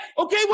Okay